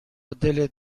دلت